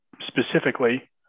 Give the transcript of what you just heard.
specifically